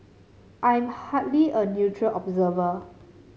I am hardly a neutral observer